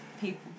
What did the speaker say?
people